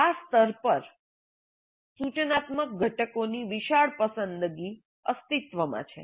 આ સ્તર પર સૂચનાત્મક ઘટકોની વિશાળ પસંદગી અસ્તિત્વમાં છે